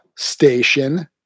Station